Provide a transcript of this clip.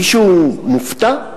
מישהו מופתע?